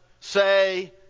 say